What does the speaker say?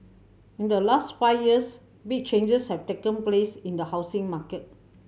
in the last five years big changes have taken place in the housing market